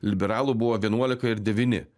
liberalų buvo vienuolika ir devyni